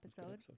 episode